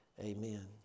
amen